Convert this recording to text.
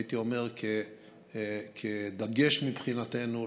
הייתי אומר כדגש מבחינתנו,